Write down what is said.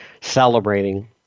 celebrating